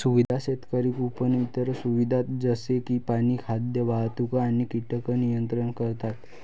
सुविधा शेतकरी कुंपण इतर सुविधा जसे की पाणी, खाद्य, वाहतूक आणि कीटक नियंत्रण करतात